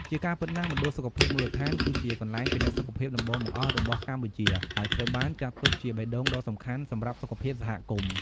ជាការពិតណាស់ មណ្ឌលសុខភាពមូលដ្ឋាន គឺជាកន្លែងពិនិត្យសុខភាពដំបូងបង្អស់របស់កម្ពុជា ហើយត្រូវបានចាត់ទុកជាបេះដូងដ៏សំខាន់សម្រាប់សុខភាពសហគមន៍។